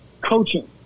coaching